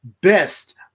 best